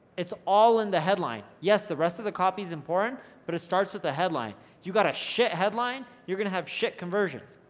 it's all in the headline, yes the rest of the copy is important but it starts with the headline, you got a shit headline, you're gonna have shit conversions,